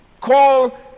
Call